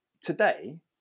today